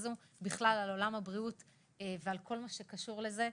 הזאת בעניין עולם הבריאות וכל מה שקשור לזה.